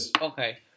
Okay